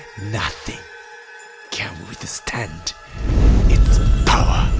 nothing can withstand its power.